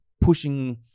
pushing